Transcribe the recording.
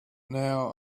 now